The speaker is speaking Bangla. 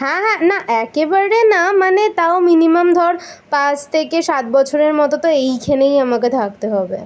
হ্যাঁ হ্যাঁ না একেবারে না মানে তাও মিনিমাম ধর পাঁচ থেকে সাত বছরের মতো তো এইখানেই আমাকে থাকতে হবে